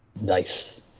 Nice